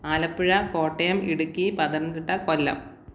Alappuzha Kottayam Idukki Pathanamthitta Kollam